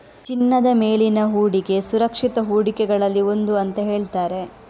ಚಿನ್ನದ ಮೇಲಿನ ಹೂಡಿಕೆ ಸುರಕ್ಷಿತ ಹೂಡಿಕೆಗಳಲ್ಲಿ ಒಂದು ಅಂತ ಹೇಳ್ತಾರೆ